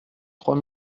trois